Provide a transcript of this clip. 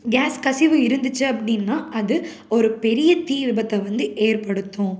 case கசிவு இருந்துச்சு அப்படின்னா அது ஒரு பெரிய தீ விபத்தை வந்து ஏற்படுத்தும்